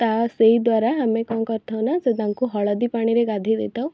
ତା' ସେହି ଦ୍ୱାରା ଆମେ କ'ଣ କରିଥାଉ ନା ସେ ତାଙ୍କୁ ହଳଦୀ ପାଣିରେ ଗାଧୋଇ ଦେଇଥାଉ